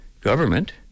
government